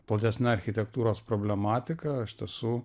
platesne architektūros problematika iš tiesų